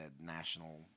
National